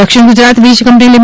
દક્ષિણ ગુજરાત વીજ કંપની લી